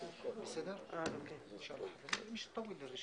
אבל אנחנו רק היום מתחילים לגבש